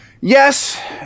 Yes